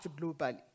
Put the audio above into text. globally